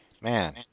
Man